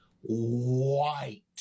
White